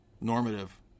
normative